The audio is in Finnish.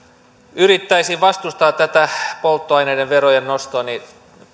yrittäisin vastustaa tätä polttoaineiden verojen nostoa niin